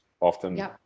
often